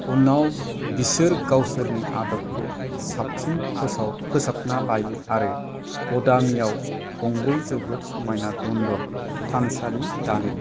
उनाव बिसोर गावसोरनि आदबखौ साबसिन फोसाबना लायो आरो बदामियाव गंब्रै जोबोद समायना दन्दर थानसालि दानो